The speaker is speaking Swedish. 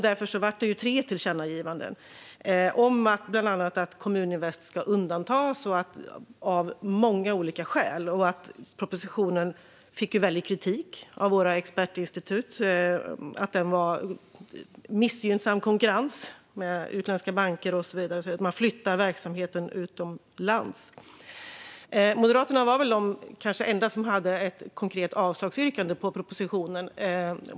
Därför blev det tre tillkännagivanden, bland annat om att Kommuninvest skulle undantas, av många olika skäl. Propositionen fick mycket kritik av våra expertinstitut när det gällde missgynnsam konkurrens i förhållande till utländska banker och så vidare, vilket kan leda till att man flyttar verksamhet utomlands. Moderaterna var kanske de enda som hade ett yrkande om avslag på propositionen.